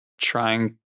trying